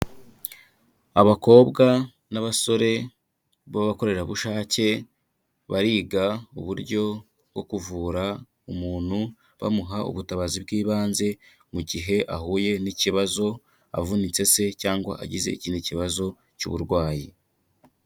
Abakobwa n'abasore b'abakorerabushake bariga uburyo bwo kuvura umuntu bamuha ubutabazi bw'ibanze, mu gihe ahuye n'ikibazo avunitse se cyangwa agize ikindi kibazo cy'uburwayi.